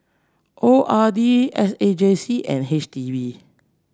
O R D S A J C and H D B